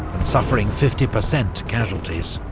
and suffering fifty percent casualties.